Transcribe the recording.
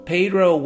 Pedro